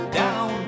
down